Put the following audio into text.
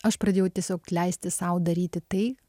aš pradėjau tiesiog leisti sau daryti tai